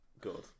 Good